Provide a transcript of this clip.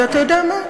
ואתה יודע מה?